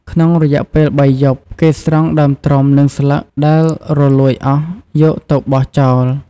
ក្នុងរយៈពេលបីយប់ គេស្រង់ដើមត្រុំ និងស្លឹកដែលរលួយអស់យកទៅបោះចោល។